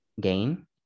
gain